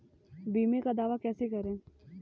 बीमे का दावा कैसे करें?